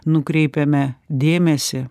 nukreipiame dėmesį